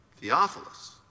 Theophilus